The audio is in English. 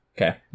Okay